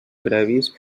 previs